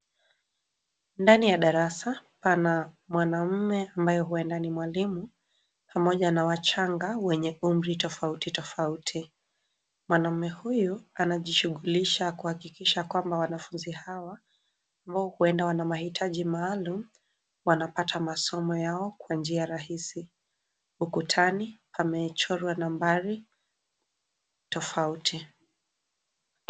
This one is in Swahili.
Ndani ya darasa pana mwanaume ambaye huenda ni mwalimu pamoja na wachanga wenye umri tofauti tofauti. Mwanamme huyu anajishughulisha kuhakikisha kwamba wanafunzi hawa, ambao huenda wana mahitaji maalum, wanapata masomo yao kwa njia rahisi. Ukutani pamechorwa nambari tofauti.